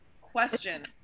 question